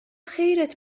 خیرت